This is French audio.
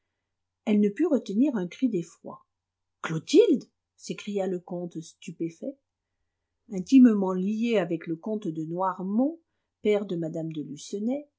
elle ne put retenir un cri d'effroi clotilde s'écria le comte stupéfait intimement lié avec le comte de noirmont père de mme de